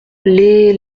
les